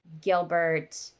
Gilbert